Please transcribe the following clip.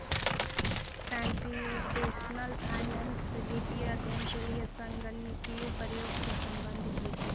computational finance वित्तीय अध्ययन के लिए संगणकीय प्रयोग से संबंधित विषय है